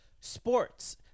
sports